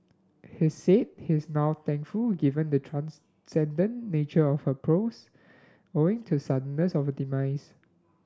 he said he is now thankful given the transcendent nature of her prose owing to suddenness of demise